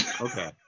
okay